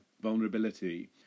vulnerability